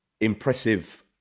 impressive